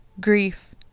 Grief